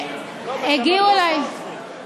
לא, בשבתות לא עוצרים.